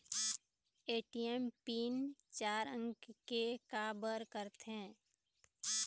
ATM PIN चार अंक के का बर करथे?